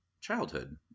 childhood